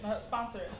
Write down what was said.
sponsor